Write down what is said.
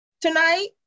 tonight